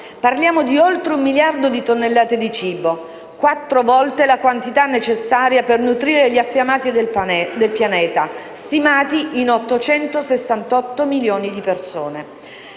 Parliamo di oltre un miliardo di tonnellate di cibo, quattro volte la quantità necessaria per nutrire gli affamati del pianeta, stimati in 868 milioni di persone.